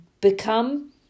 become